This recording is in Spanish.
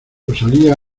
rosalía